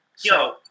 Yo